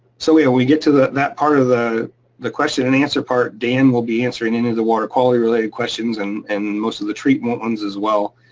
so yeah we get to that part of the the question and answer part, dan will be answering any of the water quality related questions and and most of the treatment ones as well.